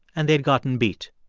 and they'd gotten beat.